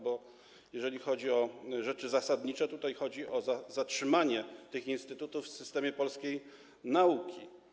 Bo jeżeli chodzi o rzeczy zasadnicze, to tutaj chodzi o zatrzymanie tych instytutów w systemie polskiej nauki.